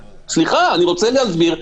סליחה, אני רוצה להסביר.